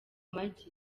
amagi